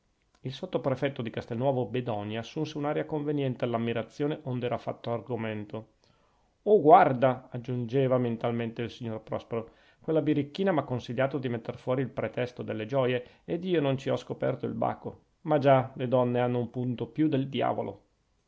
il sottoprefetto di castelnuovo bedonia assunse un'aria conveniente all'ammirazione ond'era fatto argomento oh guarda aggiungeva mentalmente il signor prospero quella birichina m'ha consigliato di metter fuori il pretesto delle gioie ed io non ci ho scoperto il baco ma già le donne hanno un punto più del diavolo